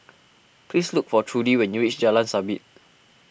please look for Trudy when you reach Jalan Sabit